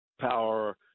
power